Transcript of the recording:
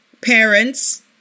parents